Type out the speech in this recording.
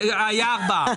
היו ארבעה.